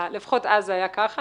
לפחות אז היה כך.